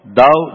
thou